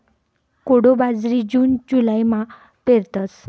कोडो बाजरी जून जुलैमा पेरतस